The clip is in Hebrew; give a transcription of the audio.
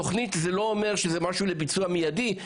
תוכנית זה לא אומר שזה משהו לביצוע מיידי,